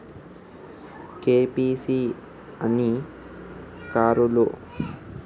KYC ఎన్ని రకాలు?